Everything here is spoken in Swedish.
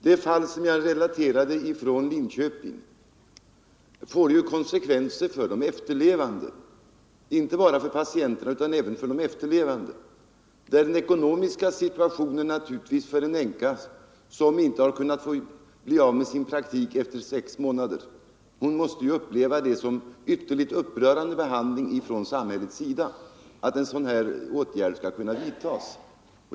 Det fall som jag relaterade från Linköping får konsekvenser för de efterlevande, inte bara för patienterna. Änkan, som inte har kunnat bli av med praktiken ännu efter sex månader, måste uppleva samhällets behandling av henne som upprörande.